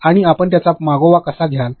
आणि आपण याचा मागोवा कसा घ्याल